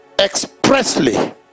expressly